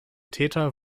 täter